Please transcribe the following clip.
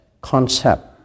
concept